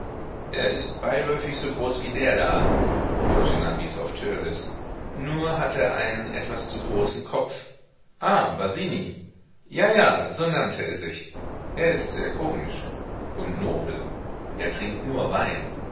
er ist beiläufig so groß wie der da boena wies auf törleß nur hat er einen etwas zu großen kopf ah basini ja ja so nannte er sich er ist sehr komisch und nobel er trinkt nur wein